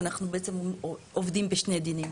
שאנחנו בעצם עובדים בשני דינים.